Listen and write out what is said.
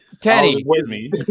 Kenny